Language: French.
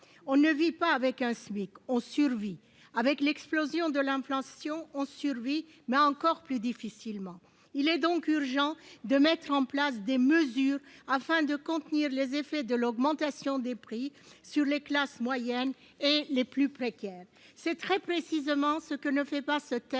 On ne vit pas avec un SMIC ; on survit. Avec l'explosion de l'inflation, on survit encore plus difficilement. Il est donc urgent de mettre en place des mesures pour contenir les effets de l'augmentation des prix sur les classes moyennes et les plus précaires. Or le présent projet de loi ne permet